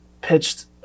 Pitched